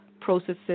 processes